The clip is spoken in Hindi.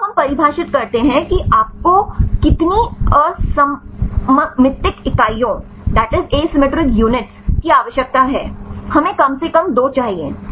तो अब हम परिभाषित करते हैं कि आपको कितनी असममितिक इकाइयों की आवश्यकता है हमें कम से कम 2 चाहिए